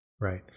right